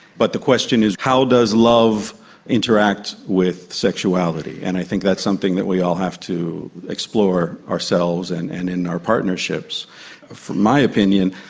but the question is how does love interact with sexuality, and i think that's something that we all have to explore ourselves and and in our partnerships. in my opinion,